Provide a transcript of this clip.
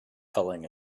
culling